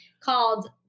called